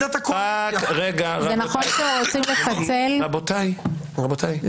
אבל שינוי אופן הבחירה של נציגי הכנסת לעומת המצב הקיים לדעתי הוא